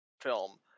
film